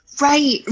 Right